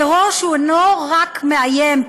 טרור שאינו רק מאיים,